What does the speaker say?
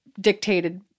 dictated